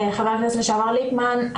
חבר הכנסת לשעבר ליפמן,